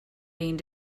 being